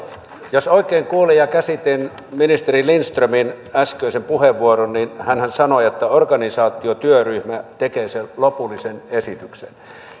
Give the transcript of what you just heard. jos oikein kuulin ja käsitin ministeri lindströmin äskeisen puheenvuoron niin hänhän sanoi että organisaatiotyöryhmä tekee sen lopullisen esityksen